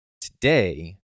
Today